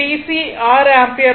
C 6 ampere இருக்கும்